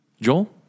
Joel